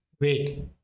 Wait